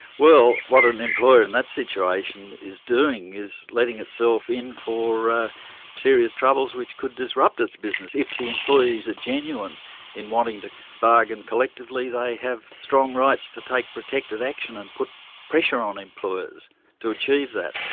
well what an employer in and that situation is doing, is letting itself in for ah serious troubles which could disrupt its business. if the employees are genuine in wanting to bargain collectively, they have strong rights to take protective action and put pressure on employers to achieve that.